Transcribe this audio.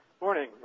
Morning